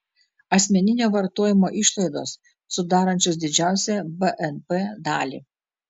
asmeninio vartojimo išlaidos sudarančios didžiausią bnp dalį